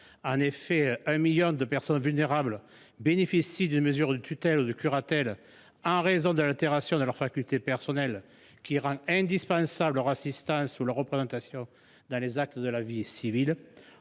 En effet, un million de personnes vulnérables bénéficient d’une mesure de tutelle ou de curatelle, en raison de l’altération de leurs facultés personnelles, qui rend indispensable leur assistance ou leur représentation dans les actes de la vie civile.